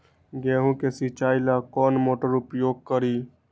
गेंहू के सिंचाई ला कौन मोटर उपयोग करी?